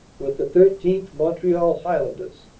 with the thirteenth, montreal highlanders,